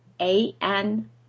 A-N